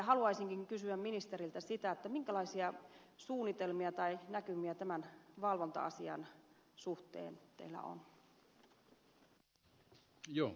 haluaisinkin kysyä ministeriltä sitä minkälaisia suunnitelmia tai näkymiä tämän valvonta asian suhteen teillä on